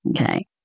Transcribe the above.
Okay